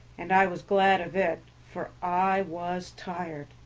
and i was glad of it, for i was tired.